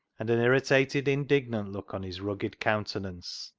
and an irritated, indignant look on his rugged countenance.